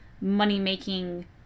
money-making